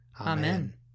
Amen